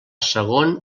segon